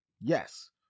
yes